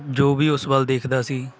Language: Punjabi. ਜੋ ਵੀ ਉਸ ਵੱਲ ਦੇਖਦਾ ਸੀ